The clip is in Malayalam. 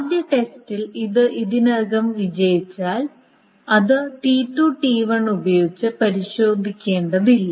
ആദ്യ ടെസ്റ്റിൽ ഇത് ഇതിനകം വിജയിച്ചതിനാൽ അത് T2 T1 ഉപയോഗിച്ച് പരിശോധിക്കേണ്ടതില്ല